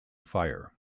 fire